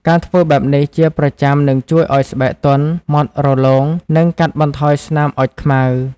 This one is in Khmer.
ការធ្វើបែបនេះជាប្រចាំនឹងជួយឲ្យស្បែកទន់ ម៉ដ្ឋរលោង និងកាត់បន្ថយស្នាមអុជខ្មៅ។